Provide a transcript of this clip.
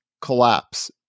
collapse